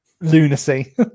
lunacy